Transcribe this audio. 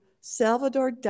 salvador